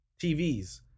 TVs